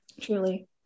truly